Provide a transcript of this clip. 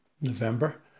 November